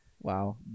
Wow